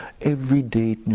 everyday